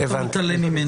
שאתה מתעלם ממנה.